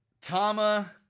Tama